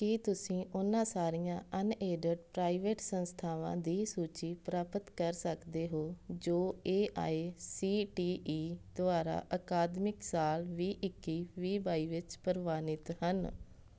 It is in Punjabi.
ਕੀ ਤੁਸੀਂ ਉਹਨਾਂ ਸਾਰੀਆਂ ਅਨਏਡਡ ਪ੍ਰਾਈਵੇਟ ਸੰਸਥਾਵਾਂ ਦੀ ਸੂਚੀ ਪ੍ਰਾਪਤ ਕਰ ਸਕਦੇ ਹੋ ਜੋ A I C T E ਦੁਆਰਾ ਅਕਾਦਮਿਕ ਸਾਲ ਵੀਹ ਇੱਕੀ ਵੀਹ ਬਾਈ ਵਿੱਚ ਪ੍ਰਵਾਨਿਤ ਹਨ